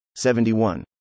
71